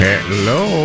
Hello